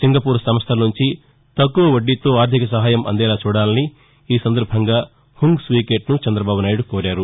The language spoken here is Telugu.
సింగపూర్ సంస్టల నుంచి తక్కువ వడ్డీతో ఆర్దిక సహాయం అందేలా చూడాలని ఈ సందర్భంగా హుంగ్ స్వీకేట్ను చంద్రదబాబునాయుడు కోరారు